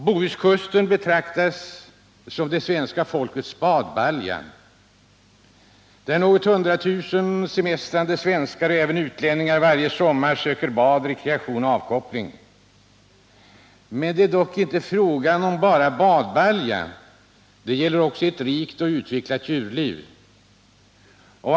Bohuskusten betraktas som det svenska folkets ”badbalja”, där något hundratusental semestrande svenskar och även utlänningar varje sommar söker bad, rekreation och avkoppling. Det är dock inte endast fråga om en ”badbalja”. Det gäller även ett rikt och uwecklat djurliv.